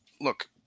look